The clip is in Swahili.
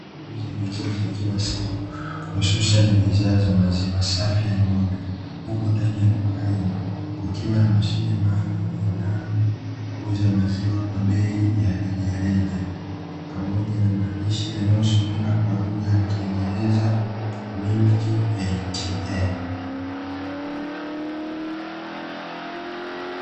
Uuzaji wa bidhaa za kila siku hususani bidhaa za maziwa safi ya ng'ombe, huku ndani ya duka hilo kukiwa na mashine maalumu linalouza maziwa kwa bei ya rejareja, pamoja na maandishi yanayosomeka kwa lugha ya kiingereza "Milk ATM".